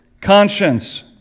conscience